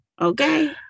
Okay